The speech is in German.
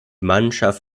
mannschaft